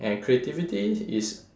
and creativity is